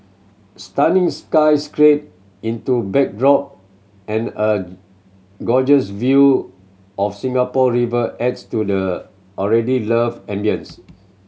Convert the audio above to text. stunning sky scraper into backdrop and a gorgeous view of Singapore River adds to the already love ambience